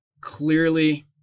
clearly